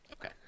Okay